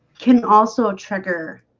can also trigger